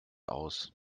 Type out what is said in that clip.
aus